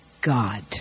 God